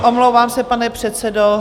Omlouvám se, pane předsedo.